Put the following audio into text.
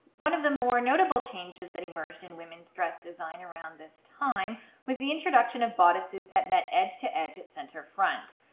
one of the more notable changes that emerged in women's dress design around this time was the introduction of bodices that met edge to edge at center front.